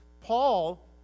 Paul